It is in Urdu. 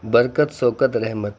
برکت شوکت رحمت